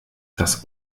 das